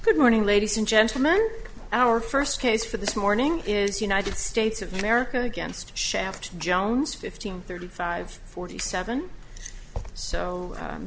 good morning ladies and gentlemen our first case for this morning is united states of america against shaft jones fifteen thirty five forty seven so